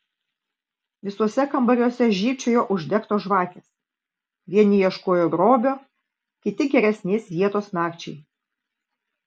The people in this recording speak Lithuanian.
visuose kambariuose žybčiojo uždegtos žvakės vieni ieškojo grobio kiti geresnės vietos nakčiai